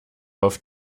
auf